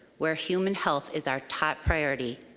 where human health is our top priority,